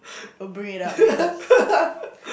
don't bring it up man